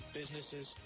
businesses